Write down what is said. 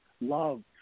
Love